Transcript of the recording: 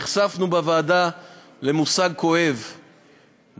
נחשפנו בוועדה למושג כואב,